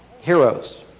Heroes